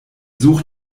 such